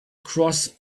cross